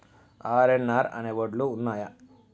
RNR అనే వడ్లు ఉన్నయా?